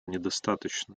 недостаточно